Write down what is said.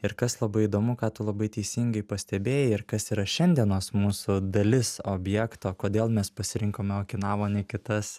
ir kas labai įdomu ką tu labai teisingai pastebėjai ir kas yra šiandienos mūsų dalis objekto kodėl mes pasirinkome okinavą o ne kitas